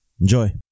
enjoy